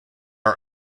are